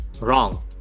Wrong